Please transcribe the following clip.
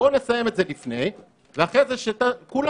בואו נסיים את זה לפני ואחרי זה כולם